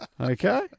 Okay